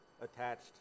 attached